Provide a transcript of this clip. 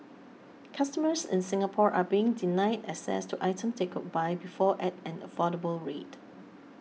customers in Singapore are being denied access to items they could buy before at an affordable rate